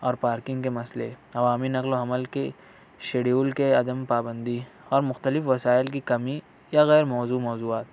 اور پارکنگ کے مسئلے عوامی نقل و حمل کی شیڈیول کے عدم پابندی اور مختلف وسائل کی کمی یا غیر موضوع موضوعات